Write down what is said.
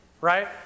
Right